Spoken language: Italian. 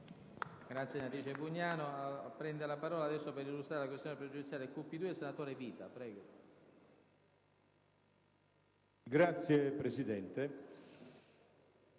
Grazie, Presidente.